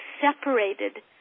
separated